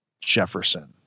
Jefferson